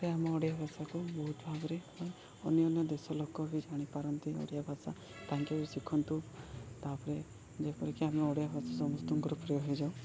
ପରେ ଆମ ଓଡ଼ିଆ ଭାଷାକୁ ବହୁତ ଭାବରେ ଅନ୍ୟ ଅନ୍ୟ ଦେଶ ଲୋକ ବି ଜାଣିପାରନ୍ତି ଓଡ଼ିଆ ଭାଷା ତାଙ୍କେ ବି ଶିଖନ୍ତୁ ତା'ପରେ ଯେପରିକି ଆମେ ଓଡ଼ିଆ ଭାଷା ସମସ୍ତଙ୍କର ପ୍ରିୟ ହେଇଯାଉ